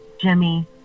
Jimmy